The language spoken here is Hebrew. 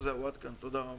תודה רבה.